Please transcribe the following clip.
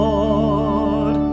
Lord